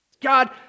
God